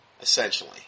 essentially